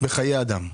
בחיי אדם.